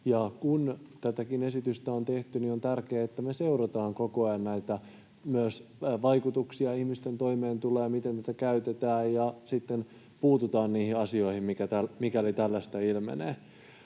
on!] Tämänkin esityksen kanssa on tärkeää, että me seurataan koko ajan vaikutuksia ihmisten toimeentuloon ja sitä, miten näitä käytetään, ja sitten puututaan niihin asioihin, mikäli jotain ilmenee.